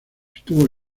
estuvo